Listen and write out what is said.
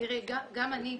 גם אני,